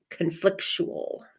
conflictual